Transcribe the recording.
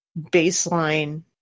baseline